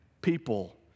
people